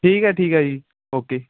ਠੀਕ ਹੈ ਠੀਕ ਹੈ ਜੀ ਓਕੇ